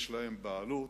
יש להם בעלות,